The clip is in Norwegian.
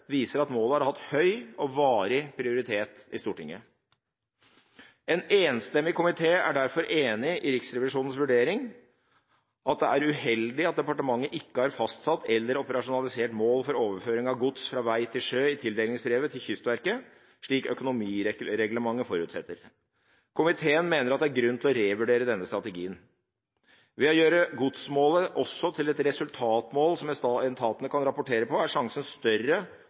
viser at målet har hatt høy og varig prioritet i Stortinget. En enstemmig komité er derfor enig i Riksrevisjonens vurdering at det er uheldig at departementet ikke har fastsatt eller operasjonalisert mål for overføring av gods fra vei til sjø i tildelingsbrevet til Kystverket, slik økonomireglementet forutsetter. Komiteen mener at det er grunn til å revurdere denne strategien. Ved å gjøre godsmålet også til et resultatmål som etatene kan rapportere på, er sjansene større